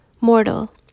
mortal